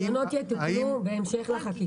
הרישיונות יתוקנו בהמשך לחקיקה.